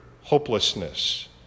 hopelessness